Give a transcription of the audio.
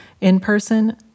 in-person